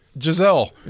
Giselle